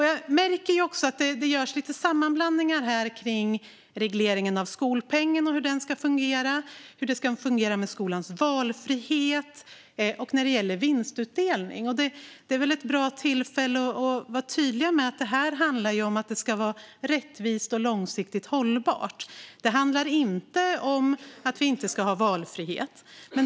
Jag märker också att det görs lite sammanblandningar här kring regleringen av skolpengen och hur den ska fungera, hur det ska fungera med skolans valfrihet och när det gäller vinstutdelning. Det är väl ett bra tillfälle att vara tydlig med att detta handlar om att det ska vara rättvist och långsiktigt hållbart. Det handlar inte om att vi inte ska ha valfrihet.